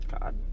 God